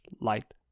light